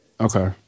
okay